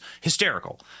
hysterical